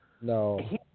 no